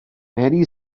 many